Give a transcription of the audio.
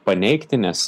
paneigti nes